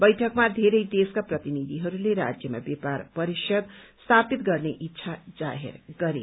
बैठकमा घेरै देशका प्रतिनिधिहरूले राज्यमा व्यापार परिषद स्थापित गर्ने इच्छा जाहेर गरे